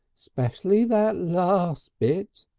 especially that last bit.